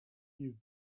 you